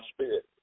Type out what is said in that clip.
spirit